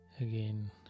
again